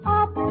up